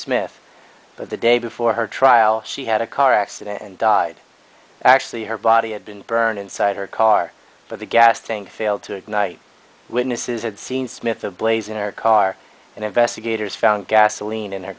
smith but the day before her trial she had a car accident and died actually her body had been burned inside her car but the gas tank failed to ignite witnesses had seen smith a blaze in her car and investigators found gasoline in the